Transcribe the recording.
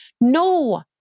No